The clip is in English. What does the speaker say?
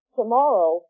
tomorrow